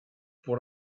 pour